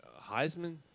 Heisman